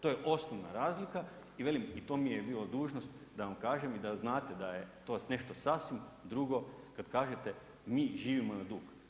To je osnovna razlika i velim, i to mi je bila dužnost da vam kažem i da znate da je to nešto sasvim drugo kad kažete mi živimo na dug.